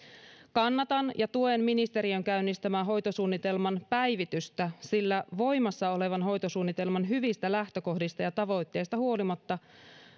kannatan ja tuen ministeriön käynnistämän hoitosuunnitelman päivitystä sillä voimassa olevan hoitosuunnitelman hyvistä lähtökohdista ja tavoitteista huolimatta